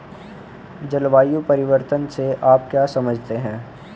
जलवायु परिवर्तन से आप क्या समझते हैं?